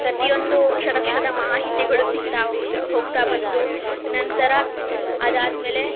ಪ್ರತಿಯೊಂದು ಕ್ಷಣ ಕ್ಷದ ಮಾಹಿತಿಗಳು ಸಿಗ್ತಾ ಹೋಗ್ತಾ ಬಂತು ನಂತರ ಅದಾದ ಮೇಲೆ